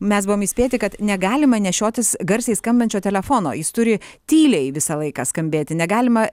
mes buvom įspėti kad negalima nešiotis garsiai skambančio telefono jis turi tyliai visą laiką skambėti negalima